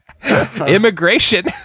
Immigration